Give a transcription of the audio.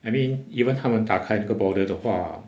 I mean even 他们打开那个 border 的话